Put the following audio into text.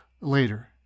later